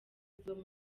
abakozi